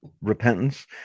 repentance